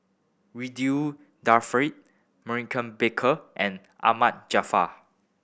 Ridzwan Dzafir Maurice Baker and Ahmad Jaafar